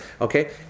Okay